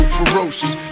ferocious